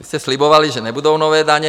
Vy jste libovali, že nebudou nové daně.